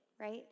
right